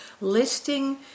listing